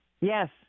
Yes